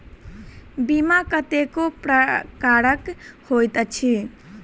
बीमा कतेको प्रकारक होइत अछि